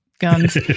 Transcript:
guns